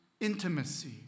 Intimacy